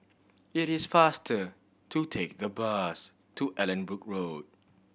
it is faster to take the bus to Allanbrooke Road